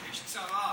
יש צרה,